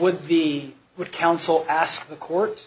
would be would counsel ask the court